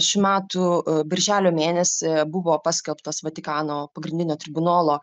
šių metų birželio mėnesį buvo paskelbtas vatikano pagrindinio tribunolo